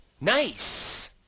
nice